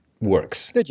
works